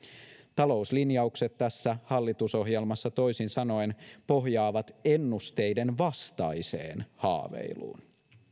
talouslinjaukset tässä hallitusohjelmassa toisin sanoen pohjaavat ennusteiden vastaiseen haaveiluun